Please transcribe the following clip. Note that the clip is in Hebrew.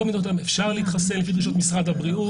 אפשר להתחסן לפי דרישות משרד הבריאות.